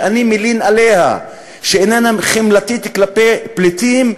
שאני מלין עליה שאיננה חמלתית כלפי פליטים,